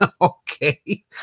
okay